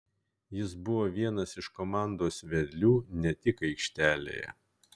jis buvo vienas iš komandos vedlių ne tik aikštelėje